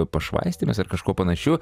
pašvaistėmis ar kažkuo panašiu